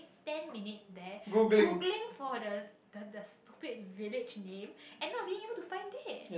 ten minutes there Googling for the the the stupid village name and not being able to find it